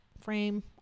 frame